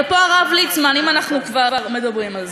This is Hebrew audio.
ופה הרב ליצמן, אם אנחנו כבר מדברים על זה.